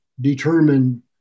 determine